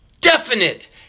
definite